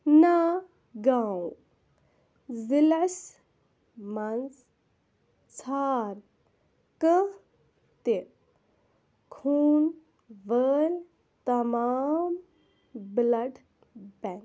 نا گاوں ضِلعس منٛز ژھار کانٛہہ تہِ خوٗن وٲلۍ تمام بٕلَڈ بٮ۪ںٛک